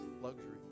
luxury